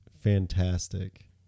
fantastic